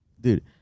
Dude